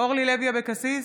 אורלי לוי אבקסיס,